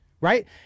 right